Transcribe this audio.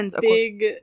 big